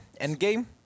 Endgame